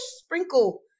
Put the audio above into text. sprinkle